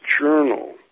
Journal